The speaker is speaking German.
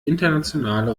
internationale